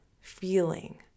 feeling